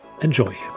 Enjoy